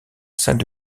salle